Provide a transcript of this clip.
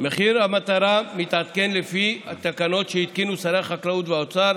מחיר המטרה מתעדכן לפי תקנות שהתקינו שרי החקלאות והאוצר,